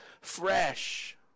fresh